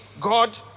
God